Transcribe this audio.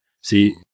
See